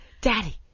daddy